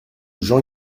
jean